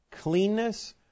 cleanness